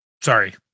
sorry